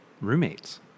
Roommates